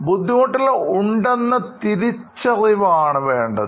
ബുദ്ധിമുട്ടുകൾ ഉണ്ടെന്ന തിരിച്ചറിവാണ് വേണ്ടത്